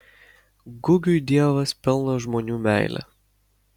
gugiui dievas pelno žmonių meilę